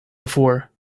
before